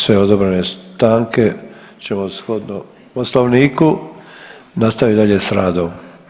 Sve odobrene stanke ćemo shodno poslovniku nastavit dalje s radom.